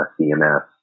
CMS